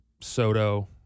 Soto